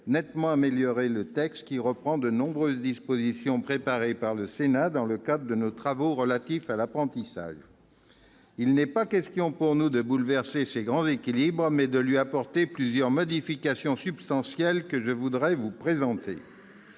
nettement améliorer le texte, qui reprend de nombreuses dispositions préparées par le Sénat dans le cadre de nos travaux relatifs à l'apprentissage. Il n'est pas question pour nous de bouleverser ses grands équilibres, mais de lui apporter plusieurs modifications substantielles, que je voudrais vous présenter.